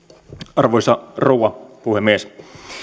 arvoisa rouva puhemies